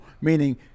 meaning